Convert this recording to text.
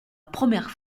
première